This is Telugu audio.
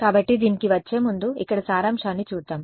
కాబట్టి దీనికి వచ్చే ముందు ఇక్కడ సారాంశాన్ని చూద్దాం